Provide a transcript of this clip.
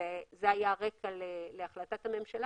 וזה היה הרקע להחלטת הממשלה